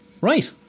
right